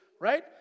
right